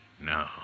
No